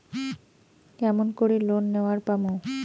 কেমন করি লোন নেওয়ার পামু?